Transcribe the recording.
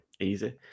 easy